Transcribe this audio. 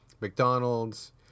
McDonald's